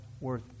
worth